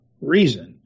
reason